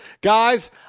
guys